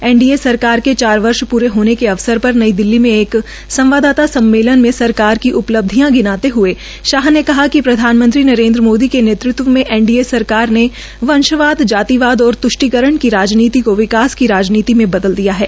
NDA सरकार के चार वर्ष पूरे होने के अवसर पर नई दिल्ली मे एक संवाददाता सम्मेलन में सरकार की उपलब्धियां गिनाते हृए शाह ने कहा कि प्रधानमंत्री नरेन्द्र मोदी के नेतृत्व में एनडीए सरकार ने वंशवाद जातिवाद और तृष्टिकरण की राजनीति को विकास की राजनीति में बदल दिया है